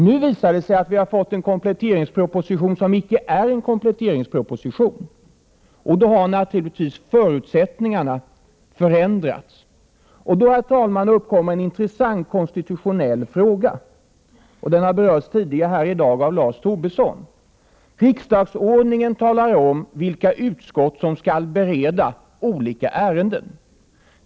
Nu visar det sig att vi har fått en kompletteringsproposition som icke är en kompletteringsproposition. Då har naturligtvis förutsättningarna förändrats. Då uppkommer, herr talman, en intressant konstitutionell fråga — den har berörts tidigare här i dag av Lars Tobisson. Riksdagsordningen talar om vilka utskott som skall bereda olika ärenden.